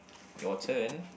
your turn